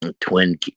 Twin